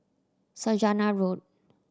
Saujana Road